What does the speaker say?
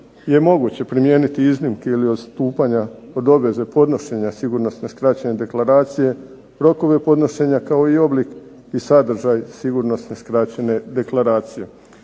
je moguće primijeniti iznimke ili odstupanja od obveze podnošenja sigurnosne skraćene deklaracije, rokovi podnošenja, kao i oblik i sadržaj sigurnosne skraćene deklaracije.